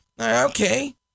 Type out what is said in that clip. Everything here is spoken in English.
Okay